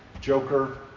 Joker